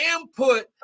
input